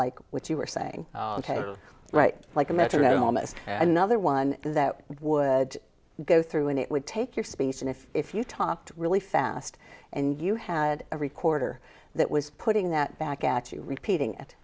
like which you were saying ok right like a metronome is another one that would go through and it would take your speech and if if you talked really fast and you had a recorder that was putting that back at you repeating